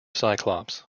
cyclops